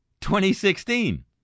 2016